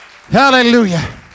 Hallelujah